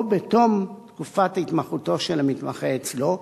או בתום תקופת התמחותו של המתמחה אצלו,